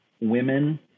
women